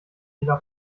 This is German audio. jeder